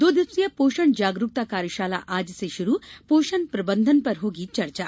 दो दिवसीय पोषण जागरूकता कार्यशाला आज से शुरू पोषण प्रबंधन पर होगी चर्चा